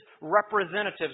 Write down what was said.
representatives